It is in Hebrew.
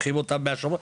מהשומרון,